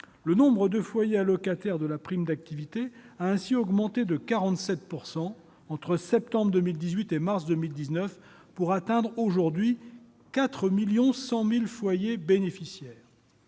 Le nombre de foyers allocataires de la prime d'activité a ainsi augmenté de 47 % entre septembre 2018 et mars 2019, pour atteindre aujourd'hui 4,1 millions de foyers bénéficiaires.